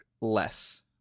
less